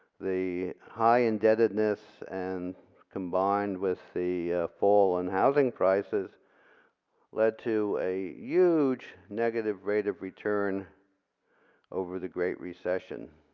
the high indebtedness and combined with the fall in housing prices led to a huge negative rate of return over the great recession.